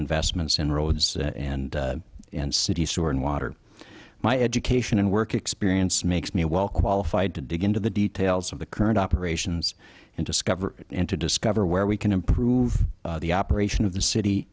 investments in roads and city sewer and water my education and work experience makes me well qualified to dig into the details of the current operations and discover and to discover where we can improve the operation of the city